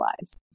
lives